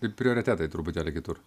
ir prioritetai truputėlį kitur